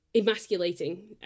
emasculating